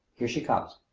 here she comes.